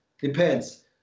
Depends